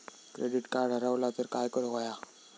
Credit card हरवला तर काय करुक होया?